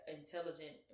intelligent